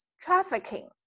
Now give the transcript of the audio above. trafficking